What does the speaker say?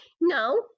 No